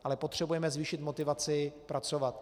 Ale potřebujeme zvýšit motivaci pracovat.